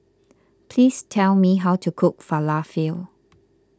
please tell me how to cook Falafel